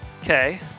Okay